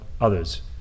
others